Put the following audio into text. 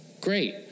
great